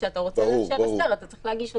וכשאתה רוצה לאשר הסדר אתה צריך להגיש אותו.